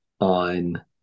on